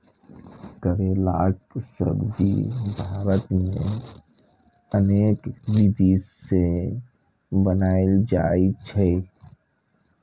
करैलाक सब्जी भारत मे अनेक विधि सं बनाएल जाइ छै